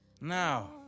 Now